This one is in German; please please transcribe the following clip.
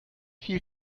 viel